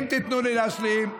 אם תיתנו לי להשלים,